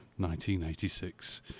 1986